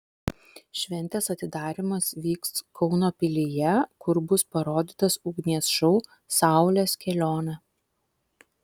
šventės atidarymas vyks kauno pilyje kur bus parodytas ugnies šou saulės kelionė